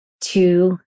two